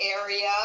area